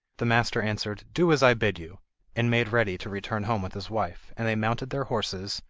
the master answered do as i bid you and made ready to return home with his wife, and they mounted their horses,